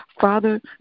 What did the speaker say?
father